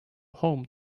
home